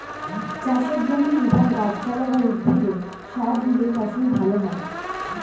চাষের জমি এবং গাছপালা বা উদ্ভিদে সার দিলে ফসল ভালো হয়